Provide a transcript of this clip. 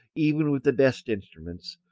even with the best instruments,